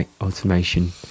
automation